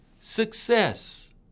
Success